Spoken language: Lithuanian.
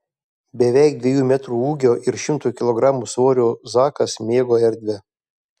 beveik dviejų metrų ūgio ir šimto kilogramų svorio zakas mėgo erdvę